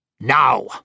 Now